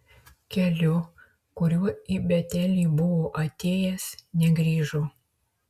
keliu kuriuo į betelį buvo atėjęs negrįžo